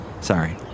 Sorry